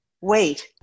wait